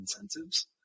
incentives